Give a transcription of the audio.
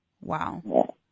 Wow